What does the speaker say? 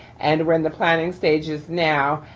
and we're in the planning stages now.